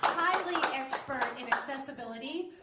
highly expert in accessibility.